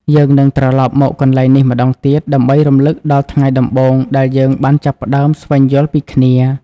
យើងនឹងត្រលប់មកកន្លែងនេះម្តងទៀត ដើម្បីរំលឹកដល់ថ្ងៃដំបូងដែលយើងបានចាប់ផ្តើមស្វែងយល់ពីគ្នា។